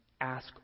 ask